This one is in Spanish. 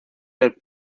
del